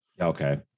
Okay